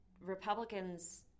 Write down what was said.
Republicans